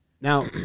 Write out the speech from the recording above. Now